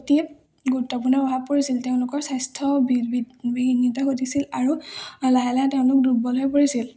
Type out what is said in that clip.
অতি গুৰুত্বপূৰ্ণ প্ৰভাৱ পৰিছিল তেওঁলোকৰ স্বাস্থ্য বিঘ্নিত ঘটিছিল আৰু লাহে লাহে তেওঁলোক দুৰ্বল হৈ পৰিছিল